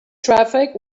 traffic